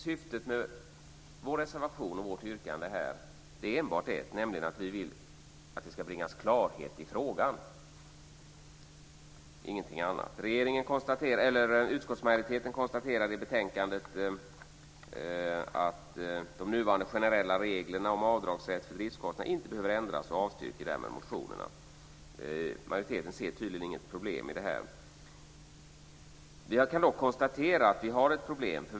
Syftet med vår reservation och vårt yrkande är enbart att vi vill att det ska bringas klarhet i frågan, ingenting annat. Utskottsmajoriteten konstaterar i betänkandet att de nuvarande generella reglerna om avdragsrätt för livskostnader inte behöver ändras, och man avstyrker därmed motionerna. Majoriteten ser tydligen inget problem med det här. Men vi har ett problem.